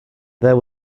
there